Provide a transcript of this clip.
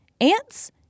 ants